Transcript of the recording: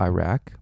Iraq